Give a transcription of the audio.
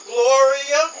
Gloria